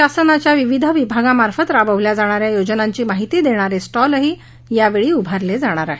शासनाच्या विविध विभागामार्फत राबवल्या जाणाऱ्या योजनांची माहिती देणारे स्टॉलही यावेळी उभारले जाणार आहेत